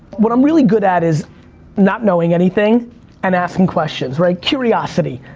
what i'm really good at is not knowing anything and asking questions. right? curiosity.